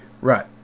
Right